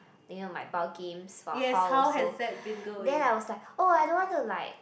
then you know my ball games for hall also then I was like oh I don't want to like